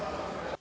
Hvala